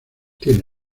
tiene